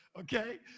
Okay